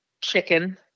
chicken